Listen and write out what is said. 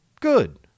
Good